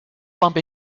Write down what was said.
bump